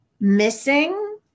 missing